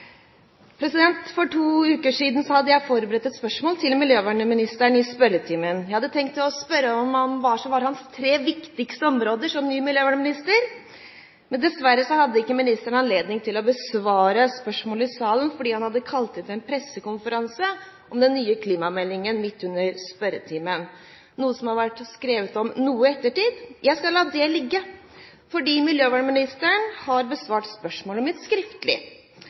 miljøvernministeren. For to uker siden hadde jeg forberedt et spørsmål til miljøvernministeren i spørretimen. Jeg hadde tenkt å spørre ham om hva som var hans tre viktigste områder som ny miljøvernminister, men dessverre hadde ikke ministeren anledning til å besvare spørsmål i salen, fordi han hadde kalt inn til en pressekonferanse om den nye klimameldingen midt under spørretimen, noe det har vært skrevet en del om i ettertid. Jeg skal la det ligge, fordi miljøvernministeren har besvart spørsmålet mitt skriftlig.